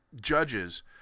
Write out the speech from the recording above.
judges